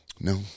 No